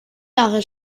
jahre